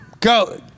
go